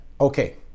okay